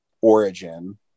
origin